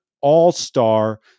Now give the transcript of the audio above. all-star